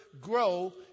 grow